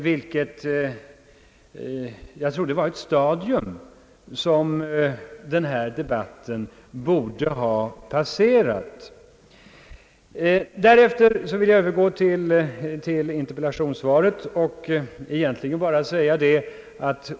Jag trodde detta var ett stadium, som denna debatt borde ha passerat. Därefter vill jag övergå till interpellationssvaret.